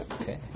okay